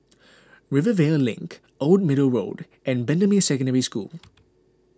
Rivervale Link Old Middle Road and Bendemeer Secondary School